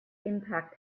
impact